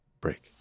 break